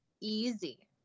easy